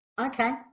Okay